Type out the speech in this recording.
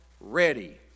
ready